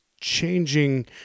changing